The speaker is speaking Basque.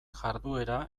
jarduera